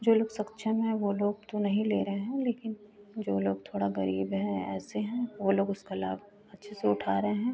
जो लोग सक्षम हैं वह लोग तो नहीं ले रहे हैं लेकिन जो लोग थोड़ा गरीब हैं ऐसे हैं वह लोग उसका लाभ अच्छे से उठा रहे हैं